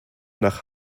nach